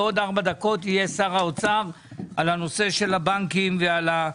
בעוד ארבע דקות יהיה שר האוצר על הנושא של הבנקים והריבית.